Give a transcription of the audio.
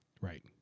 Right